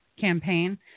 campaign